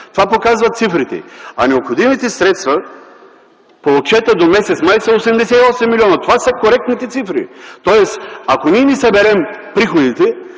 Това показват цифрите. А необходимите средства по отчета до м. май са 88 милиона. Това са коректните цифри. Тоест, ако ние не съберем приходите,